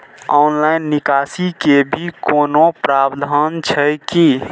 Online निकासी के भी कोनो प्रावधान छै की?